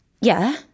Yeah